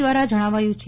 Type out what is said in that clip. દ્વારા જણાવાયુ છે